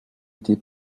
été